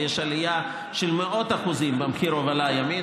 ויש עלייה של מאות אחוזים במחיר ההובלה הימית,